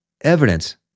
evidence